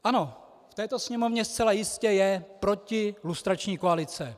Ano, v této Sněmovně zcela jistě je protilustrační koalice.